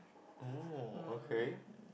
oh okay